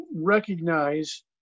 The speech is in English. recognize